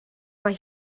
mae